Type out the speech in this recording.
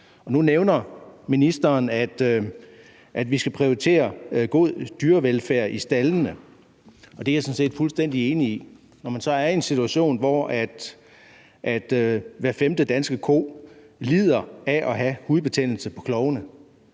Nu nævner ministeren, at vi skal prioritere god dyrevelfærd i staldene, og det er jeg sådan set fuldstændig enig i. Når man så er i en situation, hvor hver femte danske ko lider af hudbetændelse på klovene,